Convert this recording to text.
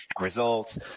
results